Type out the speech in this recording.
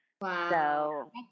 Wow